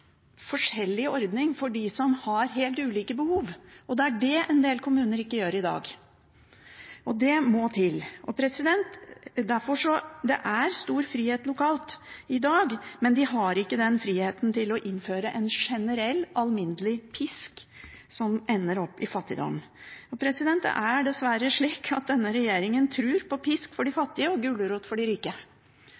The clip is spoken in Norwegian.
for dem som har helt ulike behov. Det er dét en del kommuner ikke gjør i dag, og det må til. Det er stor frihet lokalt i dag, men de har ikke friheten til å innføre en generell, alminnelig pisk som ender opp i fattigdom. Det er dessverre slik at denne regjeringen tror på pisk for de